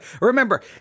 Remember